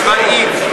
צבאית,